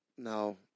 No